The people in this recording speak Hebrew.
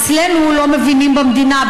אצלנו לא מבינים במדינה,